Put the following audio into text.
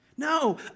No